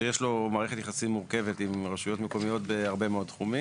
שיש לו מערכת יחסים מורכבת עם הרשויות המקומיות בהרבה מאוד תחומים,